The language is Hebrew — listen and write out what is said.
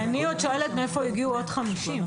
אני עוד שואלת מאיפה הגיעו עוד 50?